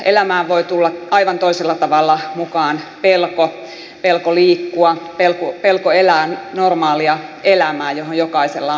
elämään voi tulla aivan toisella tavalla mukaan pelko pelko liikkua pelko elää normaalia elämää johon jokaisella on oikeus